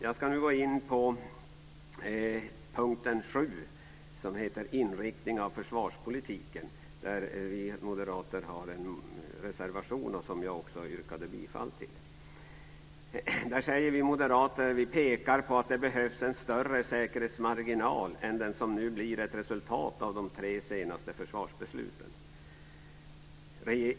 Jag ska nu gå in på punkt 7, som heter Inriktning av försvarspolitiken. Där har vi moderater en reservation, som jag också yrkade bifall till. Där pekar vi moderater på att det behövs en större säkerhetsmarginal än den som nu blir ett resultat av de tre senaste försvarsbesluten.